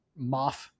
Moff